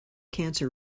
cancer